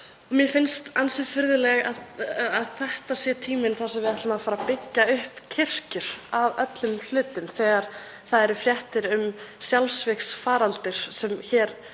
Mér finnst ansi furðulegt að þetta sé tíminn þar sem við ætlum að fara að byggja upp kirkjur af öllum hlutum þegar fyrir liggja fréttir um sjálfsvígsfaraldur vegna